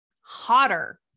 hotter